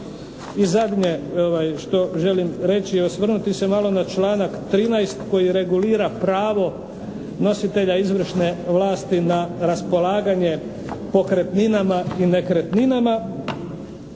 I zadnje što želim reći i osvrnuti se malo na članak 13. koji regulira pravo nositelja izvršne vlasti na raspolaganje pokretninama i nekretninama.